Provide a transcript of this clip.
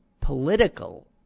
political